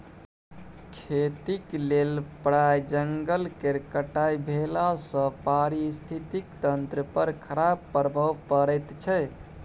खेतीक लेल प्राय जंगल केर कटाई भेलासँ पारिस्थितिकी तंत्र पर खराप प्रभाव पड़ैत छै